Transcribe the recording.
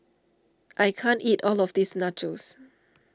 I can't eat all of this Nachos